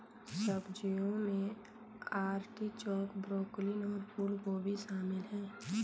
सब्जियों में artichoke, broccoli और फूलगोभी शामिल है